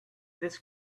this